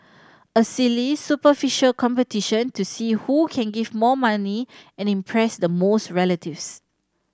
a silly superficial competition to see who can give more money and impress the most relatives